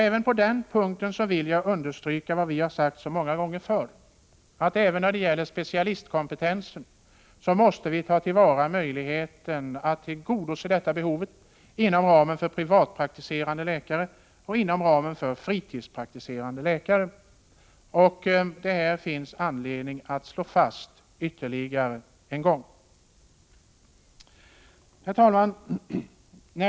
Även på denna punkt vill jag understryka vad vi har sagt så många gånger förr, nämligen att vi även när det gäller specialistkompetensen måste ta till vara möjligheten att tillgodose detta behov inom ramen för de privatpraktiserande läkarna och inom ramen för de fritidspraktiserande läkarna. Det finns anledning att slå fast detta ytterligare en gång. Herr talman!